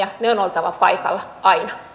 niiden on oltava paikalla aina